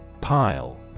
Pile